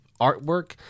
artwork